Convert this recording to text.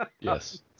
Yes